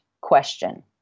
question